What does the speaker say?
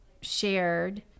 shared